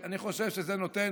אני חושב שזה נותן